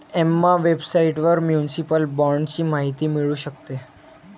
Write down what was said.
Emma वेबसाइटवर municipal बाँडची माहिती मिळू शकते